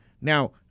Now